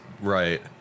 Right